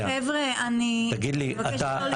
חברים, אני מבקשת לא להתפרץ.